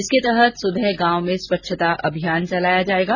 इसके तहत सुबह गांव में स्वच्छता अभियान चलाया जाएगा